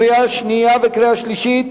קריאה שנייה וקריאה שלישית.